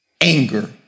anger